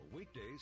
Weekdays